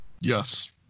Yes